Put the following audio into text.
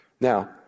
Now